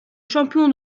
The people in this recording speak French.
champion